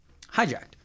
hijacked